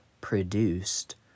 produced